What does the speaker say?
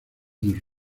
del